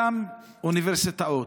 אותן אוניברסיטאות,